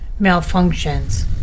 malfunctions